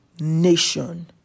nation